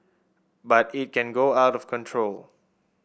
but it can go out of control